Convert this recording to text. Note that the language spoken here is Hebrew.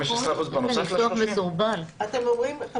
זה בסך הכול --- זאת אומרת,